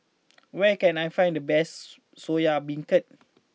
where can I find the best Soya Beancurd